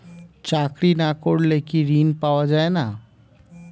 চাকরি না করলে কি ঋণ পাওয়া যায় না?